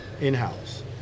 in-house